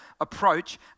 approach